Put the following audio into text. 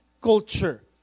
culture